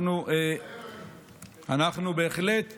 אנחנו בהחלט נגיע,